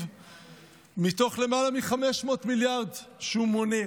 מתוך למעלה מ-500 מיליארד שהוא מונה.